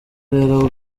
rero